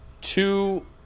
two